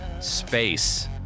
space